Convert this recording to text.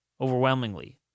overwhelmingly